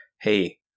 hey